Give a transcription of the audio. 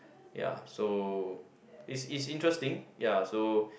ya so is is interesting ya so